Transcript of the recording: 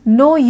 no